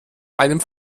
einem